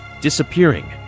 disappearing